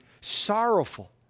sorrowful